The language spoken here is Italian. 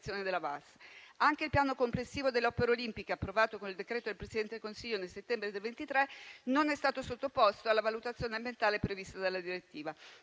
Anche il piano complessivo delle opere olimpiche, approvato con il decreto del Presidente del Consiglio nel settembre del 2023, non è stato sottoposto alla valutazione ambientale prevista dalla direttiva,